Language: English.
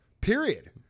Period